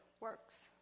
works